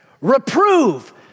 Reprove